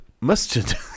mustard